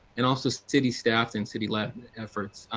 and also city staff and city led efforts.